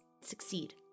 Succeed